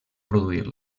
produir